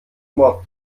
mord